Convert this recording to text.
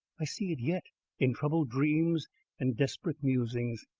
i see it yet in troubled dreams and desperate musings.